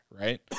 right